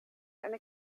eine